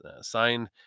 signed